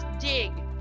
dig